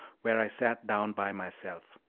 where i sat down by myself.